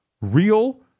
real